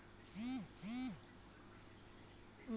mm